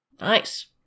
nice